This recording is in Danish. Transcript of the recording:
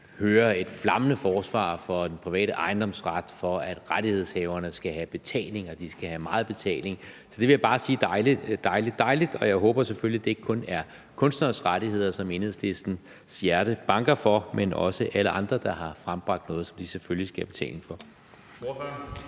hører et flammende forsvar for den private ejendomsret, for, at rettighedshaverne skal have betaling, og at de skal have meget betaling. Så til det vil jeg bare sige: Dejligt, dejligt, og jeg håber selvfølgelig, at det ikke kun er kunstneres rettigheder, som Enhedslistens hjerte banker for, men også alle andre, der har frembragt noget, som de selvfølgelig skal have betaling for.